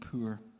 poor